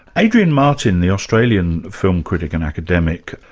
adrian martin, the australian film critic and academic,